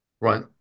Right